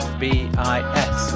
bis